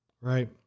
Right